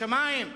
לשמים.